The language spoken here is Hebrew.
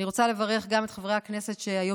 אני רוצה לברך גם את חברי הכנסת שהיום